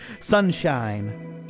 Sunshine